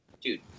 dude